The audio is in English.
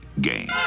game